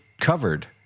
covered